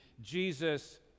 Jesus